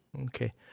Okay